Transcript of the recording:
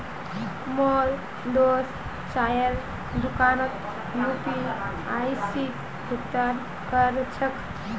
मोर दोस्त चाइर दुकानोत यू.पी.आई स भुक्तान कर छेक